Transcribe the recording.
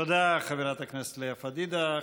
תודה, חברת הכנסת לאה פדידה.